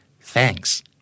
Thanks